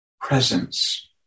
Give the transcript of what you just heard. presence